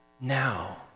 now